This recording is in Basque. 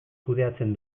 kudeatzen